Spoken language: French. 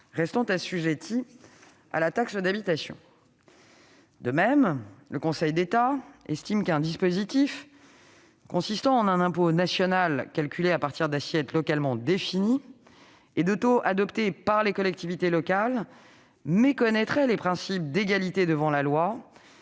restant assujettis à la taxe d'habitation. De même, le Conseil d'État estime qu'un dispositif consistant en un impôt national calculé à partir d'assiettes localement définies et de taux déterminés par les collectivités locales méconnaîtrait, s'il était pérenne, les principes d'égalité devant la loi